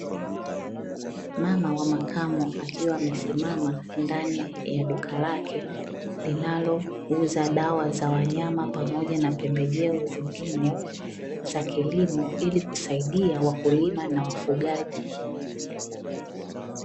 Mama wa makamo akiwa amesimama ndani ya duka lake linalouza dawa za wanyama pamoja na pembejeo zingine za kilimo ili kusaidia wakulima na wafugaji.